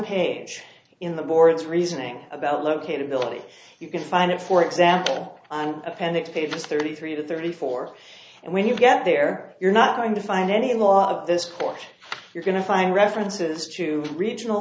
page in the board's reasoning about located ability you can find it for example an appendix paper thirty three to thirty four and when you get there you're not going to find any law of this or you're going to find references to regional